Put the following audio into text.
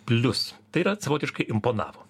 plius tai yra savotiškai imponavo